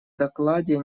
докладе